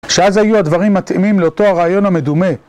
שאז יהיו הדברים מתאימים לאותו הרעיון המדומה.